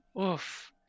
Oof